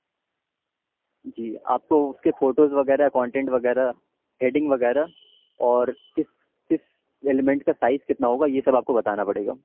جی آپ کو اس کے فوٹوز وغیرہ کانٹینٹ وغیرہ ہیڈنگ وغیرہ اور کس کس ایلیمنٹ کا سائز کتنا ہوگا یہ سب آپ کو بتانا پڑے گا